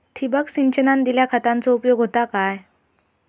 ठिबक सिंचनान दिल्या खतांचो उपयोग होता काय?